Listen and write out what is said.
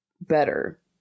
better